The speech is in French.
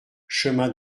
chemin